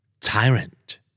Tyrant